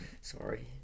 Sorry